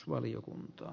valiokuntaa